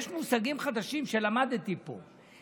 יש מושגים חדשים שלמדתי פה.